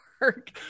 work